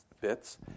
bits